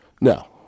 no